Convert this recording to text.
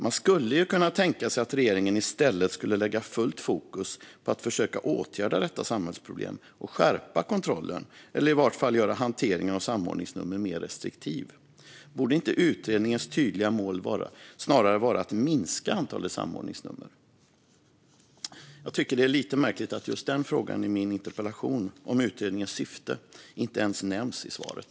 Man skulle ju kunna tänka sig att regeringen i stället skulle lägga fullt fokus på att försöka åtgärda detta samhällsproblem och skärpa kontrollen eller i vart fall göra hanteringen av samordningsnummer mer restriktiv. Borde inte utredningens tydliga mål snarare vara att minska antalet samordningsnummer? Det är lite märkligt att just frågan i min interpellation om utredningens syfte inte ens nämns i svaret.